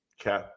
Okay